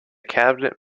cabinet